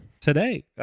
Today